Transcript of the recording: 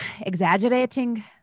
exaggerating